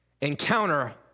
Encounter